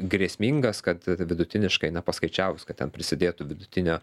grėsmingas kad vidutiniškai na paskaičiavus kad ten prisidėtų vidutinio